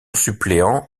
suppléant